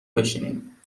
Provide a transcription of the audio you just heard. بشینیم